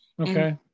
Okay